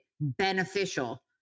beneficial